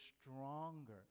stronger